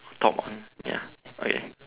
top on ya okay